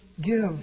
give